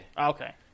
Okay